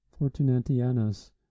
Fortunatianus